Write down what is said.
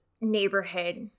neighborhood